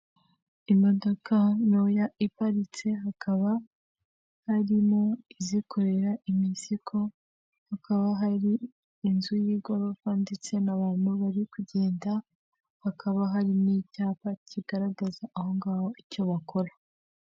Imodoka ntoya iparitse, hakaba harimo izikorera imizigo, hakaba hari inzu y'igorofa ndetse n'abantu bari kugenda, hakaba hari n'icyapa kigaragaza aho ngaho icyo bakora.